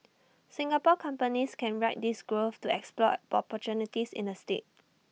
Singapore companies can ride this growth to explore opportunities in the state